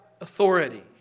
authority